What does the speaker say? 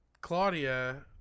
Claudia